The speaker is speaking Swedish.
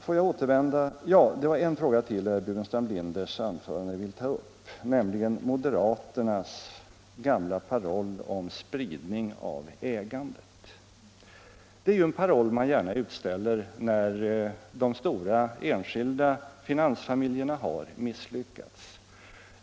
Det är ytterligare en fråga i herr Burenstam Linders anförande som jag vill ta upp, nämligen moderaternas gamla paroll om spridning av ägandet. Det är en paroll man gärna går ut med när de stora finans familjerna har misslyckats.